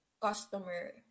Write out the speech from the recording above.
customer